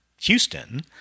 Houston